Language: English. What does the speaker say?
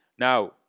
Now